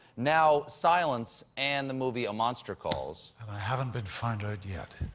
now silence and the movie a monster calls. and i haven't been found out yet.